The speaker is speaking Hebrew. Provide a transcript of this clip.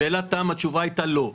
שאלתי שאלת תם והתשובה הייתה לא.